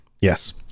yes